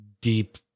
deep